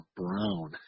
brown